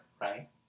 right